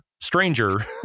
stranger